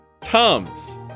Tums